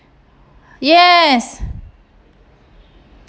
yes